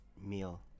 meal